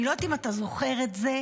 אני לא יודעת אם אתה זוכר את זה,